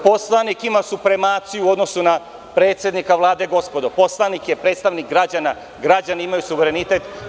Poslanik ima supremaciju u odnosu na predsednika Vlade, gospodo, poslanik je predstavnik građana, građani imaju suverenitet.